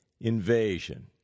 invasion